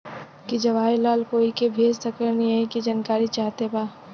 की जवाहिर लाल कोई के भेज सकने यही की जानकारी चाहते बा?